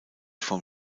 vom